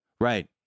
Right